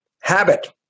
Habit